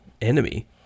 enemy